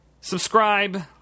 subscribe